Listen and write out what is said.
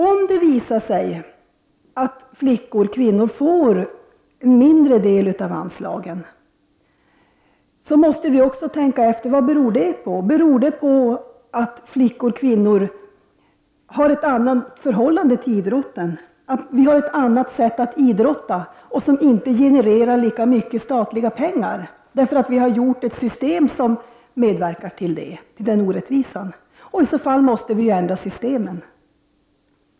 Om det visar sig att flickor eller kvinnor får en mindre del av anslagen, måste vi tänka efter vad det beror på. Beror det på att flickor eller kvinnor har ett annat förhållande till idrotten, att kvinnor har ett annat sätt att idrotta som inte genererar lika mycket statliga pengar, därför att vi har ett system som medverkar till en sådan orättvisa? I så fall måste vi ändra systemen.